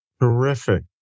Terrific